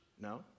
No